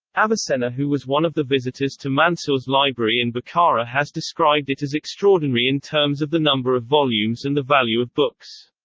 avicenna who was one of the visitors to mansour's library in bukhara has described it as extraordinary in terms of the number of volumes and the value of books.